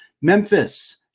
Memphis